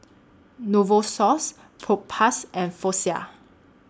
Novosource Propass and Floxia